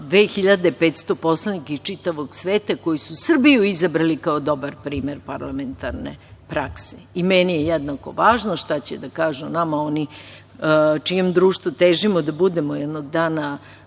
2.500 poslanika iz čitavog sveta koji su Srbiju izabrali kao dobar primer parlamentarne prakse. Meni je jednako važno šta će da kažu o nama oni u čijem društvu težimo da budemo jednog dana